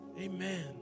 Amen